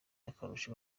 akarusho